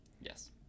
yes